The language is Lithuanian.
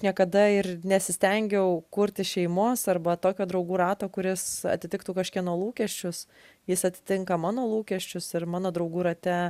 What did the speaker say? niekada ir nesistengiau kurti šeimos arba tokio draugų rato kuris atitiktų kažkieno lūkesčius jis atitinka mano lūkesčius ir mano draugų rate